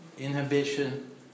inhibition